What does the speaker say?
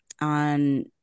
on